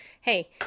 hey